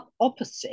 opposite